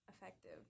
effective